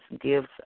gives